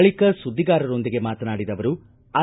ಬಳಕ ಸುದ್ದಿಗಾರರೊಂದಿಗೆ ಮಾತನಾಡಿದ ಅವರು ಆರ್